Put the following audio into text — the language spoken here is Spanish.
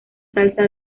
salsa